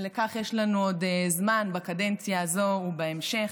לכך יש לנו עוד זמן בקדנציה הזו ובהמשך.